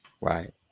Right